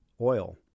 oil